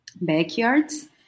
backyards